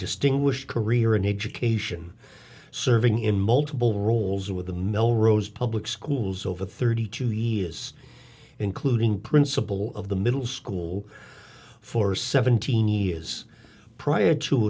distinguished career in education serving in multiple roles with the melrose public schools over thirty two years including principal of the middle school for seventeen years prior to